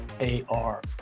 A-R